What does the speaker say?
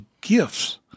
gifts